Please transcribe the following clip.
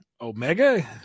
Omega